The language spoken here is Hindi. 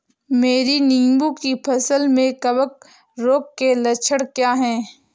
मेरी नींबू की फसल में कवक रोग के लक्षण क्या है?